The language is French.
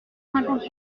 cinquante